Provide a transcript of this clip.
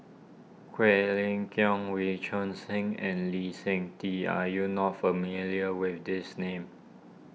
Quek Ling Kiong Wee Choon Seng and Lee Seng Tee are you not familiar with these names